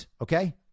okay